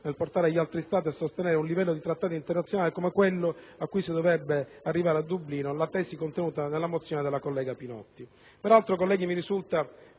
nel portare gli altri Stati a sostenere a livello di trattati internazionali, come quello a cui si dovrebbe arrivare a Dublino, le tesi contenute nella mozione della collega Pinotti.